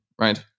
right